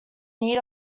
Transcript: need